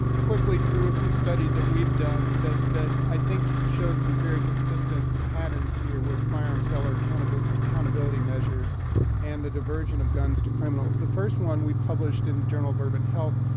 quickly through a few studies that we've done that that i think show some very consistent patterns here with firearm seller accountability accountability measures and the diversion of guns to criminals. the first one we published in the journal of urban health,